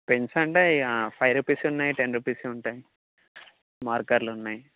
pens అంటే five రూపీస్వి ఉన్నాయి టెన్ రూపీస్వి ఉంటాయి మార్కర్లు ఉన్నాయి